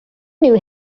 knew